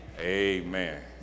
Amen